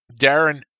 Darren